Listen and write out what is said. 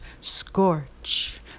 scorch